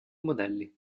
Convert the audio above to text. modelli